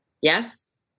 Yes